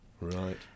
Right